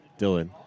Dylan